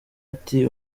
ati